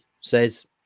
says